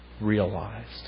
realized